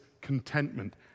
contentment